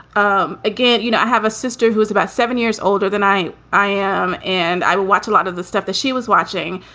um again, you know, i have a sister who is about seven years older than i i am. and i watch a lot of the stuff that she was watching.